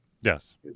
Yes